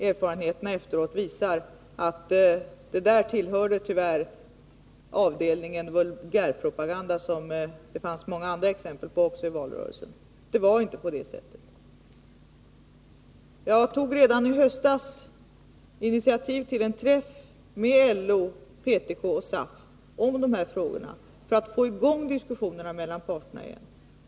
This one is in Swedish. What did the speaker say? Erfarenheterna efteråt visar att de inslagen tyvärr tillhörde avdelningen vulgärpropaganda — det fanns också många andra exempel på sådant i valrörelsen. Det var alltså ett oriktigt påstående. Jag tog redan i höstas initiativ till en träff med LO, PTK och SAF om de här frågorna för att få i gång diskussionerna mellan parterna igen.